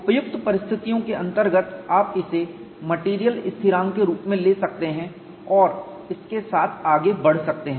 उपयुक्त परिस्थितियों के अंतर्गत आप इसे मेटीरियल स्थिरांक के रूप में ले सकते हैं और इसके साथ आगे बढ़ सकते हैं